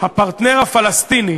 הפרטנר הפלסטיני,